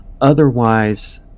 Otherwise